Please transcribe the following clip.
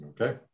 Okay